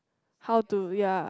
how to ya